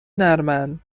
نرمن